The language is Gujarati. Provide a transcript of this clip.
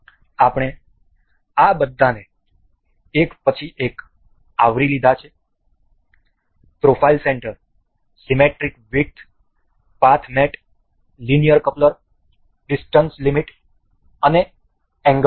આપણે આ બધાને એક પછી એક આવરી લીધા છે profile center symmetric width path mate linear coupler distance limit અને એંગલ લિમિટ